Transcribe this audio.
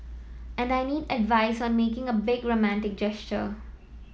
and I need advice on making a big romantic gesture